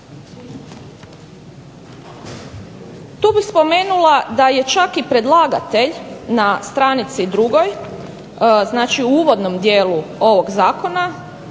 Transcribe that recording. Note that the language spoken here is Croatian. Tu bih spomenula da je čak i predlagatelj na str. 2. u uvodnom dijelu ovog zakona